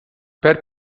per